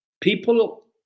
People